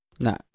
No